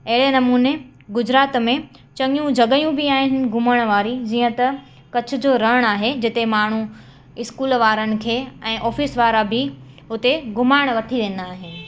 अहिड़े नमूने गुजरात में चङियूं जॻहियूं बि आहिनि घुमण वारी जीअं त कच्छ जो रण आहे जिते माण्हू इस्कूल वारनि खे ऐं ऑफिस वारा बि उते घुमाइणु वठी वेंदा आहिनि